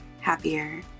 happier